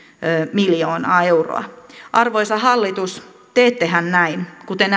miljoonaa euroa arvoisa hallitus teettehän näin kuten